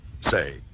say